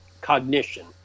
cognition